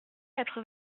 quatre